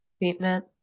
treatment